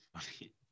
funny